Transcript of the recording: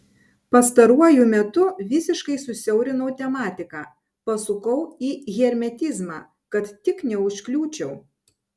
pastaruoju metu visiškai susiaurinau tematiką pasukau į hermetizmą kad tik neužkliūčiau